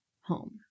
home